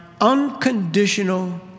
unconditional